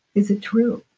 is it true?